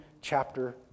chapter